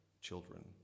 children